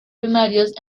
primarios